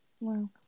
Wow